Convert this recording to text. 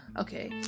okay